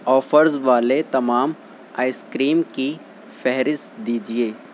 offers والے تمام ice cream کی فہرست دیجیے